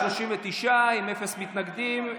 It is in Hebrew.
39, אפס מתנגדים.